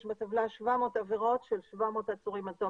יש בטבלה 700 עבירות של 700 עצורים עד תום